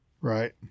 Right